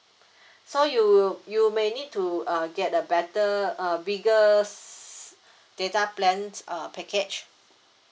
so you you may need to uh get a better uh bigger s~ data plans uh package